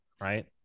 right